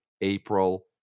April